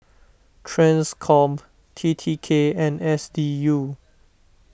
Transcom T T K and S D U